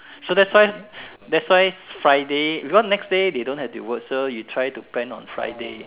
so that's why that's why Friday because next day they don't have to work so you try to plan on Friday